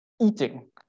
Eating